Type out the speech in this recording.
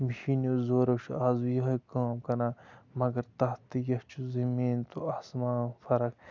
مِشیٖنو زورو چھُ آز یِہَے کٲم کَران مگر تَتھ تہٕ یَتھ چھُ زٔمیٖن تو آسماں فرق